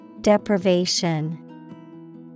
Deprivation